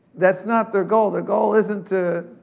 that's not their goal, their goal isn't to,